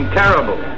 terrible